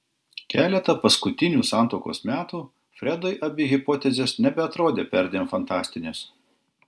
keletą paskutinių santuokos metų fredui abi hipotezės nebeatrodė perdėm fantastinės